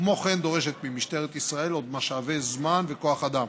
וכן דורשת ממשטרת ישראל עוד משאבי זמן וכוח אדם,